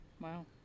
wow